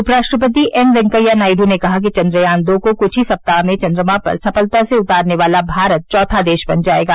उपराष्ट्रपति एम वैकेया नायडू ने कहा कि चंद्रयान दो को कुछ ही सप्ताह में चंद्रमा पर सफलता से उतारने वाला भारत चौथा देश बन जाएगा